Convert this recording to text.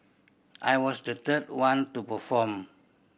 I was the third one to perform